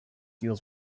deals